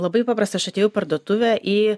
labai paprasta aš atėjau į parduotuvę į